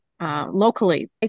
Locally